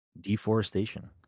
Deforestation